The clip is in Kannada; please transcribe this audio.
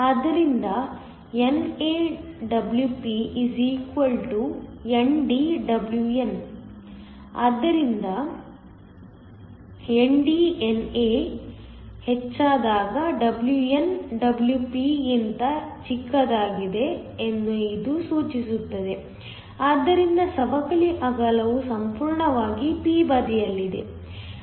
ಆದ್ದರಿಂದ NA Wp ND Wn ಆದ್ದರಿಂದ ND NA ಗಿಂತ ಹೆಚ್ಚಾದಾಗ Wn Wp ಗಿಂತ ಚಿಕ್ಕದಾಗಿದೆ ಎಂದು ಇದು ಸೂಚಿಸುತ್ತದೆ ಆದ್ದರಿಂದ ಸವಕಳಿ ಅಗಲವು ಸಂಪೂರ್ಣವಾಗಿ p ಬದಿಯಲ್ಲಿದೆ